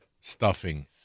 stuffing